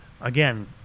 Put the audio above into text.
again